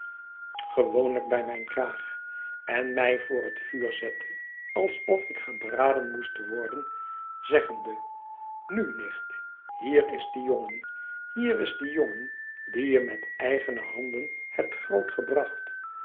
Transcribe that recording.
bij mijn kraag en mij voor het vuur zette alsof ik gebraden moest worden zeggende nu nicht hier is die jongen hier is die jongen die je met eigene handen hebt